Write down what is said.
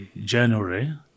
January